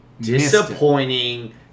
disappointing